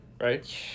right